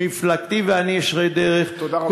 מפלגתי ואני ישרי דרך, תודה רבה.